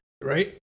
Right